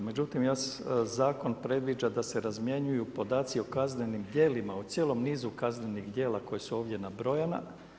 Međutim, tu zakon predviđa da se razmjenjuju podaci o kaznenim dijelima, o cijelom nizu kaznenih dijela koja su ovdje nabrojana.